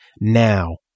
Now